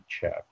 check